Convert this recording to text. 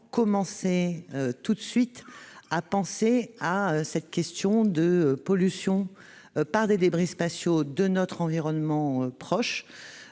commencions tout de suite à penser à cette pollution par les débris spatiaux de notre environnement proche.